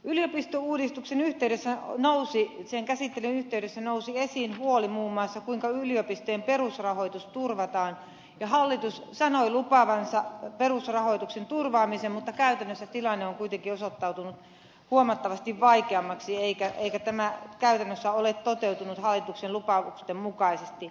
yliopistouudistuksen käsittelyn yhteydessä nousi esiin huoli muun muassa siitä kuinka yliopistojen perusrahoitus turvataan ja hallitus sanoi lupaavansa perusrahoituksen turvaamisen mutta käytännössä tilanne on kuitenkin osoittautunut huomattavasti vaikeammaksi eikä tämä käytännössä ole toteutunut hallituksen lupausten mukaisesti